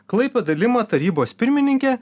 klaipėda lima tarybos pirmininkė